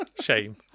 Shame